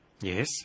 Yes